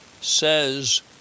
says